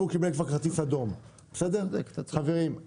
חברים,